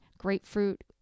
grapefruit